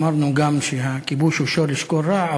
אמרנו גם שהכיבוש הוא שורש כל רע,